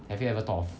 have you ever thought of